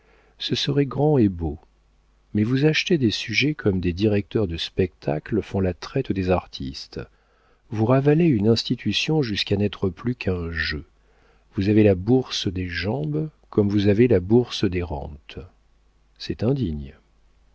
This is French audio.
ce serait grand et beau mais vous achetez des sujets comme des directeurs de spectacle font la traite des artistes vous ravalez une institution jusqu'à n'être plus qu'un jeu vous avez la bourse des jambes comme vous avez la bourse des rentes c'est indigne